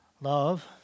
Love